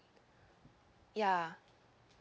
ya